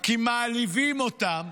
כי מעליבים אותם.